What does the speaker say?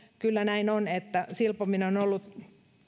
kyllä näin on että silpominen on ollut